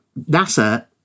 NASA